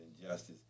injustice